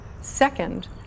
Second